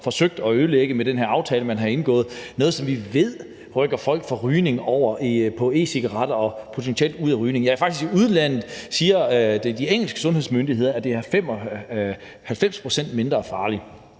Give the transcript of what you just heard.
forsøgt at ødelægge med den her aftale, man har indgået. Og vi ved, at folk rykker fra rygning og over til e-cigaretter og potentielt ud af rygning. Faktisk siger de engelske sundhedsmyndigheder, at det er 95 pct. mindre farligt.